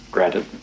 Granted